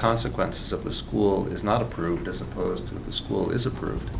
consequences of the school is not approved as opposed to the school is approved